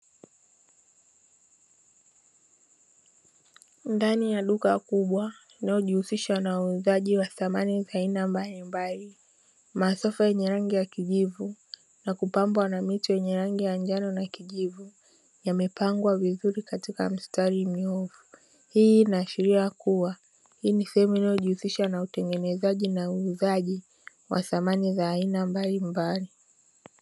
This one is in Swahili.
Ndani ya duka kubwa inayojihusisha na uuzaji wa samani za aina mbalimbali; masofa yenye rangi ya kijivu na kupambwa na miti yenye rangi ya njano na kijivu, yamepangwa vizuri katika mistari minyoofu. Hii inaashiria kuwa hii ni sehemu inayojihusisha na utengenezaji na uuzaji wa samani za aina mbalimbali.